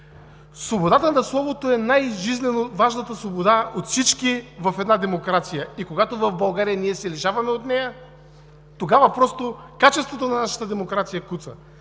Свободата на словото е най-жизнено важната свобода от всички в една демокрация и когато в България ние се лишаваме от нея, тогава просто качеството на нашата демокрация куца.